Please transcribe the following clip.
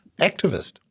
activist